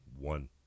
One